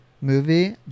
movie